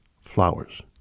flowers